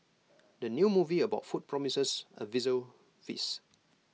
the new movie about food promises A visual feast